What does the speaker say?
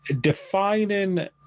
defining